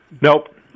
Nope